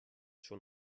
schon